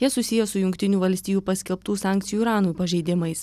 jie susiję su jungtinių valstijų paskelbtų sankcijų iranui pažeidimais